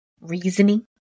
reasoning